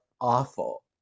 awful